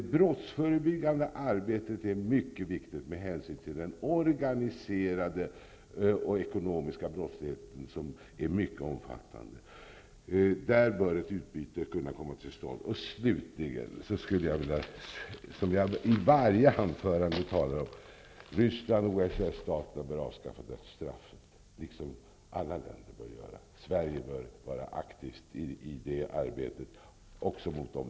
Det brottsförebyggande arbetet är mycket viktigt med hänsyn till den organiserade och ekonomiska brottsligheten, som är mycket omfattande. Där bör ett utbyte kunna komma till stånd. Slutligen skulle jag vilja säga det som jag i varje anförande talar om. Ryssland och OSS-staterna bör avskaffa dödsstraffet, liksom alla bör göra. Sverige bör vara aktivt i det arbetet.